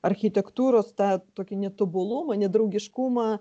architektūros tą tokį netobulumą nedraugiškumą